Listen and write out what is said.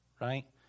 right